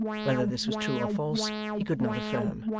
whether this was true or false, he could not affirm.